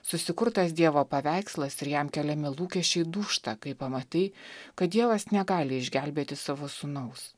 susikurtas dievo paveikslas ir jam keliami lūkesčiai dūžta kai pamatai kad dievas negali išgelbėti savo sūnaus